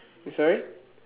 err sorry